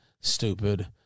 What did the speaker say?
stupid